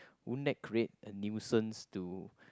would that create a nuisance to